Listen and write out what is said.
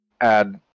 add